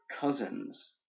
cousins